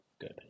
good